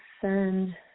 send